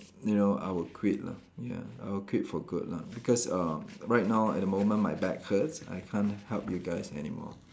you know I would quit lah ya I would quit for good lah because uh right now at the moment my back hurts I can't help you guys anymore